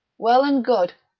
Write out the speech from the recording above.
well and good.